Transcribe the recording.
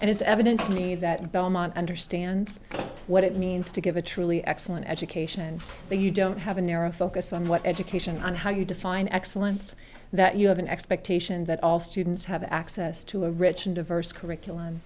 and it's evident to me that belmont understands what it means to give a truly excellent education and that you don't have a narrow focus on what education on how you define excellence that you have an expectation that all students have access to a rich and diverse curriculum